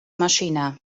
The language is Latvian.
mašīnā